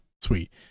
sweet